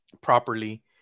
properly